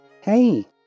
Hey